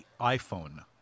iPhone